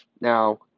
Now